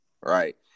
right